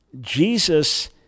Jesus